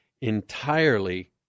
entirely